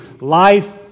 life